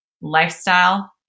lifestyle